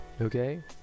Okay